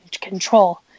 control